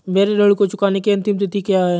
मेरे ऋण को चुकाने की अंतिम तिथि क्या है?